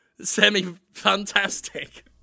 semi-fantastic